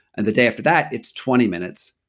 and the day after that, it's twenty minutes.